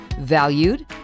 Valued